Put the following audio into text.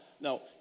no